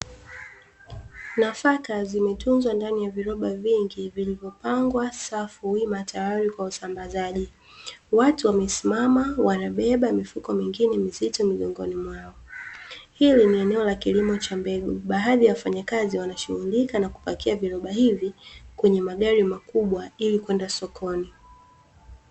Nafaka zimetunzwa ndani viroba vingi vilivyopangwa safu wima tayari kwa usambazaji, watu wamesimama wanabebaba mifuko mingine mizito migongoni mwao. Hili ni eneo la kilimo cha mbegu, baadhi ya wafanyakazi wanashugulika kupakia viroba hivi kwenye magari makubwa ili kwenda sokoni.